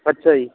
ਅੱਛਾ ਜੀ